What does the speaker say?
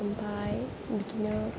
ओमफ्राय बिदिनो